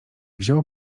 wziął